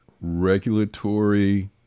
regulatory